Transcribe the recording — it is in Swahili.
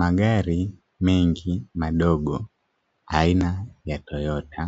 Magari mengi madogo aina ya toyota